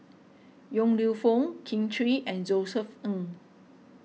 Yong Lew Foong Kin Chui and Josef Ng